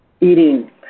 eating